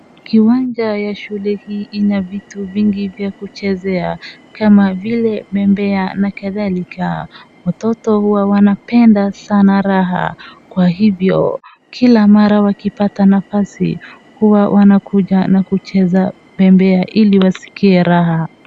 Kiwanja ya shule hii ina vitu vingi vya kuchezea, kama vile bembea na kadhalika. Watoto huwa wanapenda sana raha kwa hivyo kila mara wakipata nafasi huwa wanakuja na kucheza bembea ili wasikie raha.